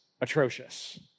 atrocious